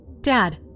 Dad